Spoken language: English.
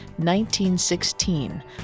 1916